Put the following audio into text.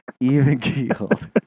even-keeled